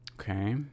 Okay